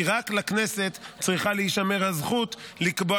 כי רק לכנסת צריכה להישמר הזכות לקבוע